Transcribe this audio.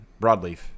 Broadleaf